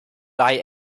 die